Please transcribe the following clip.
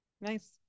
nice